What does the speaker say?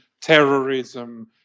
terrorism